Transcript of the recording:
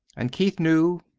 and keith knew.